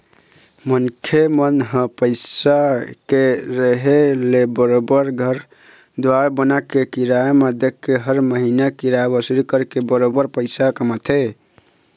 मनखे मन ह पइसा के रेहे ले बरोबर घर दुवार बनाके, किराया म देके हर महिना किराया वसूली करके बरोबर पइसा कमाथे